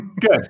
good